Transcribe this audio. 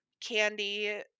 candy